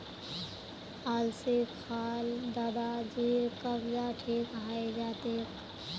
अलसी खा ल दादाजीर कब्ज ठीक हइ जा तेक